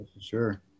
Sure